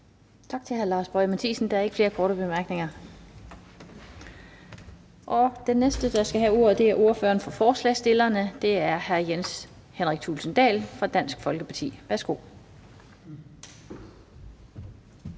Tak til hr. Lars Boje Mathiesen. Der er ikke flere korte bemærkninger. Og den næste, der skal have ordet, er ordføreren for forslagsstillerne, hr. Jens Henrik Thulesen Dahl fra Dansk Folkeparti. Værsgo.